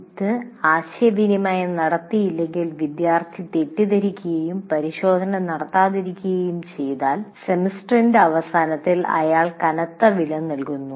ഇത് ആശയവിനിമയം നടത്തിയില്ലെങ്കിൽ വിദ്യാർത്ഥി തെറ്റിദ്ധരിക്കുകയും പരിശോധന നടത്താതിരിക്കുകയും ചെയ്താൽ സെമസ്റ്ററിന്റെ അവസാനത്തിൽ അയാൾ വളരെ കനത്ത വില നൽകുന്നു